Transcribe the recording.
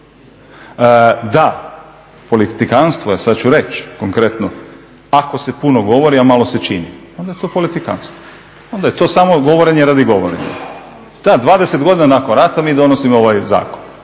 Da, politikantstvo je, sad ću reći konkretno, ako se puno govori, a malo se čini, onda je to politikantstvo. Onda je to samo govorenje radi govorenja. Da, 20 godina nakon rata mi donosimo ovaj zakon